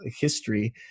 history